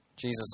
Jesus